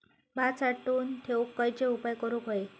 भात साठवून ठेवूक खयचे उपाय करूक व्हये?